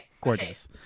Gorgeous